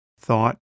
thought